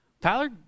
Tyler